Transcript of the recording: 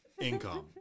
income